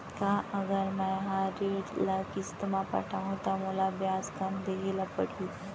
का अगर मैं हा ऋण ल किस्ती म पटाहूँ त मोला ब्याज कम देहे ल परही?